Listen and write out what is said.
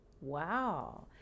Wow